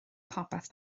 popeth